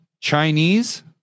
Chinese